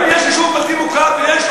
אבל אם יש יישוב בלתי מוכר ויש,